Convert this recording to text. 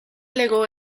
legó